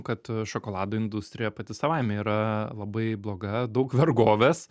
kad šokolado industrija pati savaime yra labai bloga daug vergovės